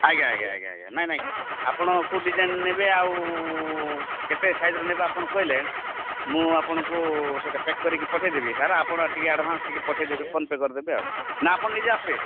ଆଜ୍ଞା ଆଜ୍ଞା ଆଜ୍ଞା ଆଜ୍ଞା ନାଇଁ ନାଇଁ ଆପଣ କୋଉ ଡ଼ିଜାଇନ୍ ନେବେ ଆଉ କେତେ ସାଇଜ୍ ର ନେବେ ଆପଣ କହିଲେ ମୁଁ ଆପଣଙ୍କୁ ସେଇଟା ପ୍ୟାକ୍ କରିକି ପଠେଇଦେବି ସାର୍ ଆପଣ ଟିକେ ଆଡ଼ଭାନ୍ସ୍ ଟିକେ ପଠେଇଦେବେ ଫୋନ୍ ପେ କରିଦେବେ ଆଉ ନା ଆପଣ ନିଜେ ଆସ୍ବେ